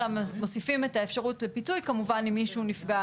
אלא מוסיפים את האפשרות לפיצוי כמובן אם מישהו נפגע